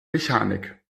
mechanik